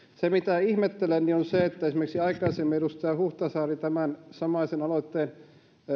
se mitä ihmettelen on se että aikaisemmin esimerkiksi edustaja huhtasaari tämän samaisen aloitteen